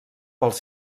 pels